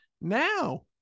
Now